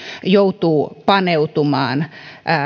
joutuu paneutumaan